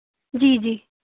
जी जी